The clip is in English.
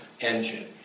engine